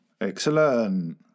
Excellent